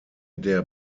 der